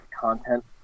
content